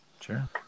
sure